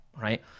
Right